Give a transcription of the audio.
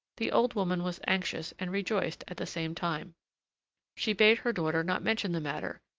the old woman was anxious and rejoiced at the same time she bade her daughter not mention the matter,